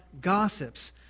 gossips